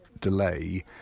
delay